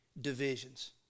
divisions